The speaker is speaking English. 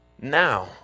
Now